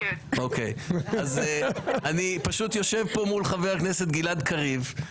אני פשוט יושב פה מול חבר הכנסת גלעד קריב,